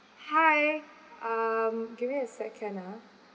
hi um give me a second ah